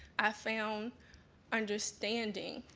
i found understanding.